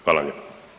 Hvala lijepo.